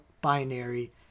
Binary